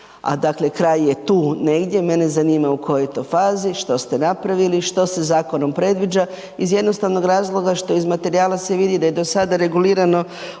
a dakle kraj je tu negdje, mene zanima u kojoj je to fazi, što ste napravili, što se zakonom predviđa? Iz jednostavnog razloga što se iz materijala vidi da je do sada regulirano